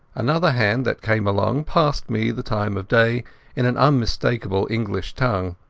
another hand that came along passed me the time of day in an unmistakable english tongue.